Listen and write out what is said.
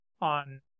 on